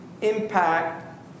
impact